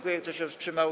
Kto się wstrzymał?